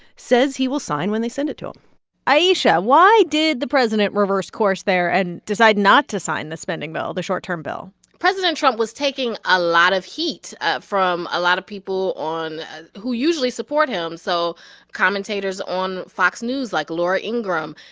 says he will sign when they send it to him ayesha, why did the president reverse course there and decide not to sign the spending bill the short-term bill? president trump was taking a lot of heat ah from a lot of people on who usually support him. so commentators on fox news, like laura ingraham,